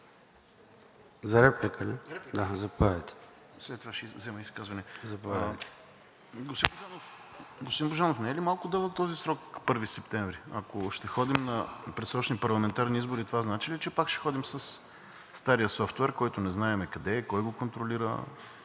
РАДОМИР ЧОЛАКОВ (ГЕРБ-СДС): След това ще взема изказване. Господин Божанов, не е ли малко дълъг този срок 1 септември 2023 г. Ако ще ходим на предсрочни парламентарни избори, това значи ли, че пак ще ходим със стария софтуер, който не знаем къде е, кой го контролира,